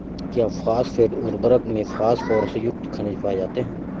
क्या फॉस्फेट उर्वरक में फास्फोरस युक्त खनिज पाए जाते हैं?